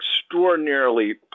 extraordinarily